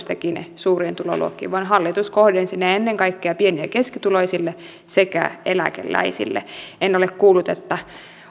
teki ne suuriin tuloluokkiin vaan hallitus kohdensi ne ennen kaikkea pieni ja keskituloisille sekä eläkeläisille en ole kuullut että